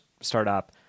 startup